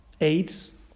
aids